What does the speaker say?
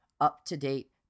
up-to-date